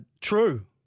True